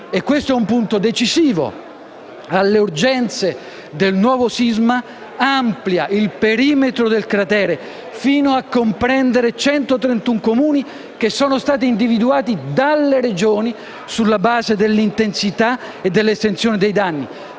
e questo è un punto decisivo - amplia il perimetro del cratere fino a comprendere 131 Comuni, che sono stati individuati dalle Regioni sulla base dell'intensità e dell'estensione dei danni.